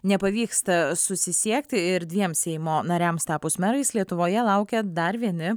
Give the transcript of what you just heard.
nepavyksta susisiekti ir dviem seimo nariams tapus merais lietuvoje laukia dar vieni